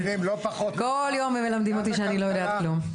כל יום הם מלמדים אותי שאני לא יודעת כלום.